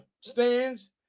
stands